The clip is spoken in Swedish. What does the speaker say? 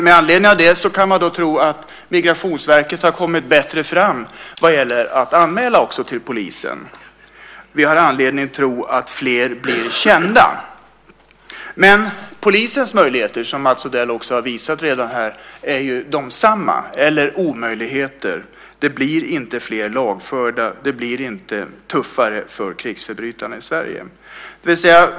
Med anledning av det kan man tro att Migrationsverket har kommit bättre fram vad gäller att anmäla till polisen. Vi har anledning att tro att fler blir kända. Men polisens möjligheter, som Mats Odell har visat här, är ju desamma - eller omöjligheter. Det blir inte fler lagförda. Det blir inte tuffare för krigsförbrytarna i Sverige.